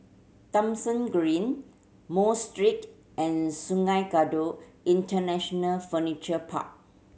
Thomson Green Mosque Street and Sungei Kadut International Furniture Park